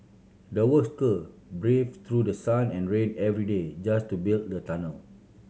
the braved through the sun and rain every day just to build the tunnel